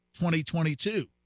2022